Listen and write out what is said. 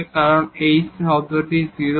কারণ যদি এই টার্মটি 0 হয়